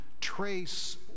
trace